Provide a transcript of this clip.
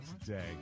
today